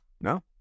No